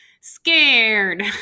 scared